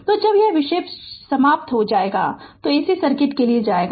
तो जब यह विषय समाप्त हो जाएगा तो ac सर्किट के लिए जाएगा